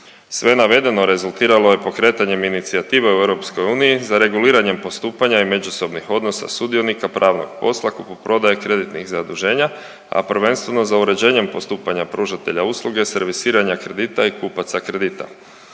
Sve navedeno rezultiralo je pokretanjem inicijative u EU za reguliranjem postupanja i međusobnih odnosa sudionika pravnog posla, kupoprodaje kreditnih zaduženja, a prvenstveno za uređenjem postupanja pružatelja usluge servisiranja kredita i kupaca kredita.